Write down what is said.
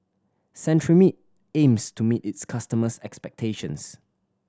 Cetrimide aims to meet its customers' expectations